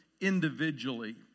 individually